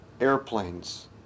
airplanes